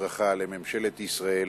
בברכה לממשלת ישראל,